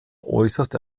äußerst